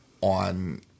on